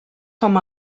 com